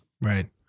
right